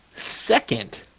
second